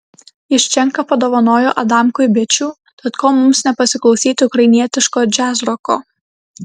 juščenka padovanojo adamkui bičių tad ko mums nepasiklausyti ukrainietiško džiazroko